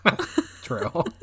True